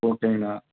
ஓகேங்கண்ணா